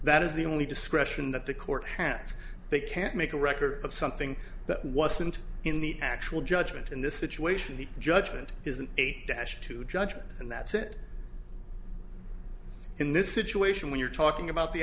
that is the only discretion that the court has they can't make a record of something that wasn't in the actual judgment in this situation the judgment isn't a dash to judgment and that's it in this situation when you're talking about the